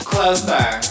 Closer